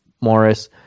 Morris